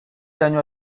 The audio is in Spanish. daño